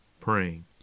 praying